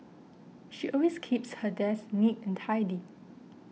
she always keeps her desk neat and tidy